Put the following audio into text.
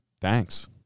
thanks